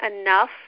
enough